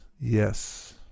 Yes